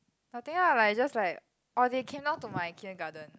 nothing ah like just like orh they came down to my kindergarten